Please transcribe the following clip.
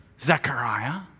Zechariah